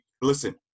listen